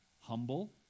humble